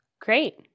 Great